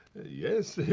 yes,